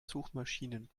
suchmaschinen